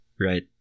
right